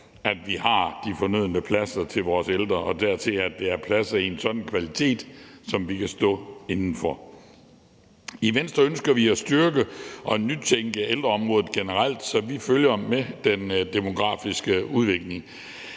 at vi har de fornødne pladser til vores ældre, og at det dertil er pladser af en sådan kvalitet, som vi kan stå inde for. I Venstre ønsker vi at styrke og nytænke ældreområdet generelt, så det følger med den demografiske udvikling.